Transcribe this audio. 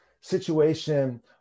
situation